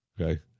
Okay